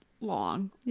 long